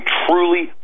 truly